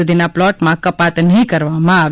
સુધીના પ્લોટમાં કપાત નહી કરવામાં આવે